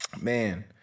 Man